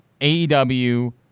AEW